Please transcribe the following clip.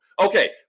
Okay